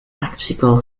tactical